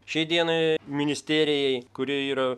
šiai dienai ministerijai kuri yra